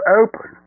open